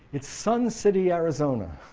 it's sun city, arizona